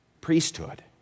priesthood